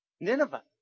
Nineveh